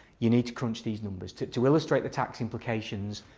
you need to crunch these numbers to to illustrate the tax implications.